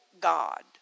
God